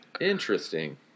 interesting